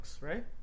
right